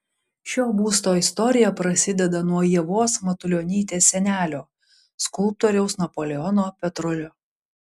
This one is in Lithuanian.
šio būsto istorija prasideda nuo ievos matulionytės senelio skulptoriaus napoleono petrulio